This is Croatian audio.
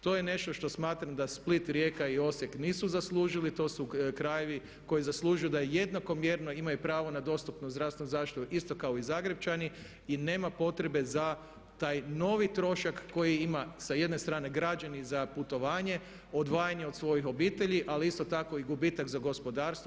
To je nešto što smatram da Split, Rijeka i Osijek nisu zaslužili, to su krajevi koji zaslužuju da jednako mjerno imaju pravo na dostupnu zdravstvenu zaštitu isto kao i Zagrepčani i nema potrebe za taj novi trošak koji ima sa jedne strane građani za putovanje, odvajanje od svojih obitelji ali isto tako i gubitak za gospodarstvo.